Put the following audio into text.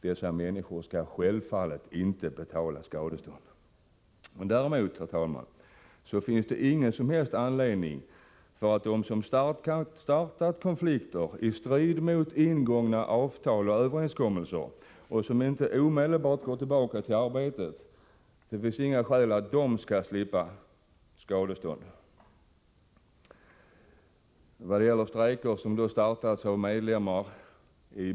Dessa människor skall självfallet inte betala skadestånd. Däremot finns det ingen som helst anledning att de som har startat konflikter i strid med ingångna avtal och överenskommelser och som inte omedelbart går tillbaka till arbetet skall slippa skadestånd. När det gäller strejker som startats av medlemmaris.k.